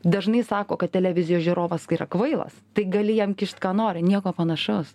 dažnai sako kad televizijos žiūrovas yra kvailas tai gali jam kišt ką nori nieko panašaus